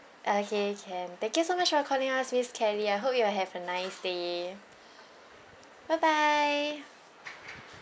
okay can thank you so much for calling us miss kelly I hope you will have a nice day bye bye